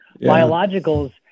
Biologicals